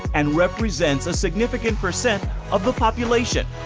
and represents a significant percent of the population,